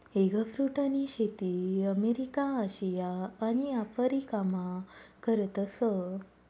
एगफ्रुटनी शेती America, Asia आणि आफरीकामा करतस